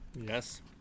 yes